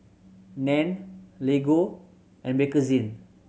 Nan Lego and Bakerzin